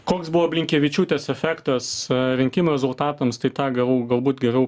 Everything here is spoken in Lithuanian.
koks buvo blinkevičiūtės efektas rinkimų rezultatams tai tą gavau galbūt geriau